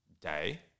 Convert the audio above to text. day